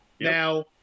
Now